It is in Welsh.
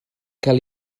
cael